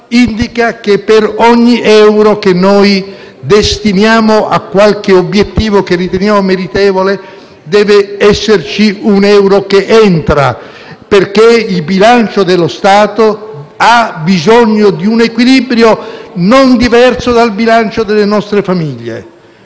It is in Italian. indica che per ogni euro che destiniamo a qualche obiettivo che riteniamo meritevole deve esserci un euro che entra, perché il bilancio dello Stato ha bisogno di un equilibrio non diverso dal bilancio delle nostre famiglie